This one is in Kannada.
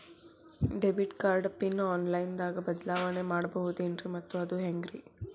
ಡೆಬಿಟ್ ಕಾರ್ಡ್ ಪಿನ್ ಆನ್ಲೈನ್ ದಾಗ ಬದಲಾವಣೆ ಮಾಡಬಹುದೇನ್ರಿ ಮತ್ತು ಅದು ಹೆಂಗ್ರಿ?